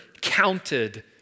counted